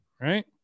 right